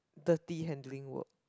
dirty handling work